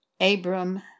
Abram